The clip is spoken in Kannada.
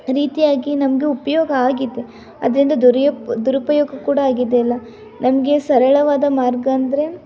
ರೀತಿಯಾಗಿ ನಮ್ಗೆ ಉಪಯೋಗ ಆಗಿದೆ ಅದರಿಂದ ದುರ್ಯು ದುರುಪಯೋಗ ಕೂಡ ಆಗಿದೆ ಅಲ್ಲ ನಮಗೆ ಸರಳವಾದ ಮಾರ್ಗ ಅಂದರೆ